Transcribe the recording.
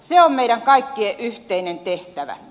se on meidän kaikkien yhteinen tehtävä